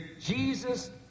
jesus